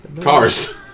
Cars